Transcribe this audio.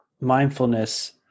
mindfulness